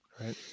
right